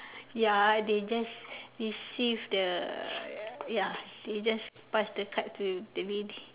ya they just receive the ya they just pass the card to the lady